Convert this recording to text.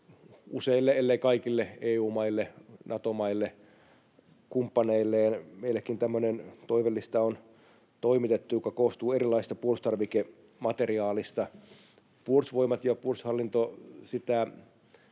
useille, ellei kaikille EU-maille, Nato-maille, kumppaneilleen. Meillekin on toimitettu tämmöinen toivelista, joka koostuu erilaisista puolustustarvikemateriaaleista. Puolustusvoimat ja puolustushallinto sitä